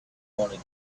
wanted